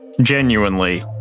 genuinely